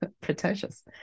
pretentious